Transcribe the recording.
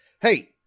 hey